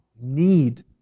need